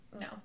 No